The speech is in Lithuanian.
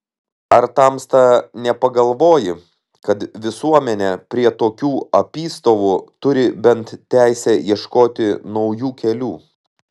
ar tamsta nepagalvoji kad visuomenė prie tokių apystovų turi bent teisę ieškoti naujų kelių